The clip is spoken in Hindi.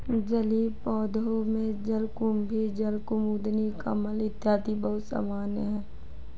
जलीय पौधों में जलकुम्भी, जलकुमुदिनी, कमल इत्यादि बहुत सामान्य है